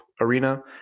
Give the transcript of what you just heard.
arena